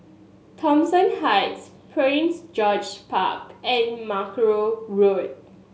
Thomson Heights Prince George Park and Mackerrow Road